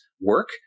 work